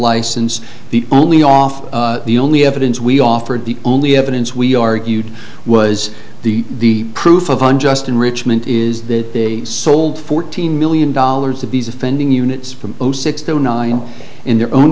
license the only off the only evidence we offered the only evidence we argued was the proof of unjust enrichment is that they sold fourteen million dollars of these offending units from zero six to zero nine in their own